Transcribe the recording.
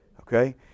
Okay